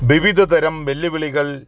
വിവിധതരം വെല്ലുവിളികൾ